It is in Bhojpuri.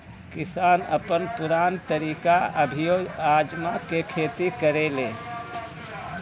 किसान अपन पुरान तरीका अभियो आजमा के खेती करेलें